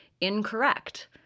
incorrect